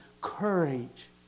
courage